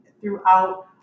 throughout